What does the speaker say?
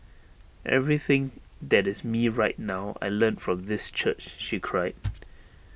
everything that is me right now I learnt from this church she cried